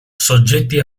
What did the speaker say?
soggetti